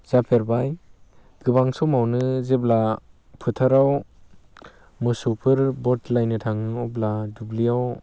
जाफेरबाय गोबां समावनो जेब्ला फोथाराव मोसौफोर बदलायनो थाङो अब्ला दुब्लियाव